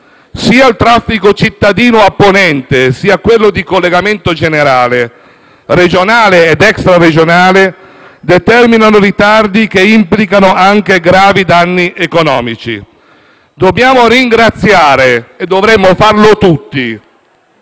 Sia il traffico cittadino a ponente, sia quello di collegamento generale, regionale ed extraregionale, determinano ritardi che implicano anche gravi danni economici. Dobbiamo ringraziare - e dovremmo farlo tutti